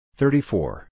thirty-four